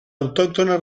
autóctona